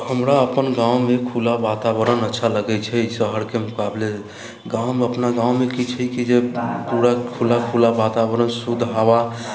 हमरा अपन गाँवमे खुला वातावरण अच्छा लगैत छै शहरके मुकाबले गाँवमे अपना गाँवमे की छै जेकि पूरा खुला खुला वातावरण शुद्ध हवा